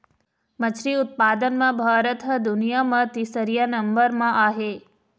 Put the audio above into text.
मछरी उत्पादन म भारत ह दुनिया म तीसरइया नंबर म आहे